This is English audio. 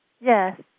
Yes